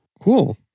Cool